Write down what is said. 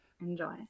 enjoy